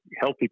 healthy